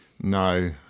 No